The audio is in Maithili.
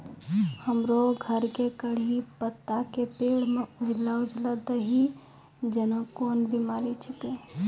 हमरो घर के कढ़ी पत्ता के पेड़ म उजला उजला दही जेना कोन बिमारी छेकै?